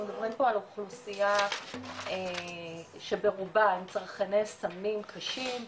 אנחנו מדברים פה על אוכלוסייה שהיא ברובה צרכני סמים קשים,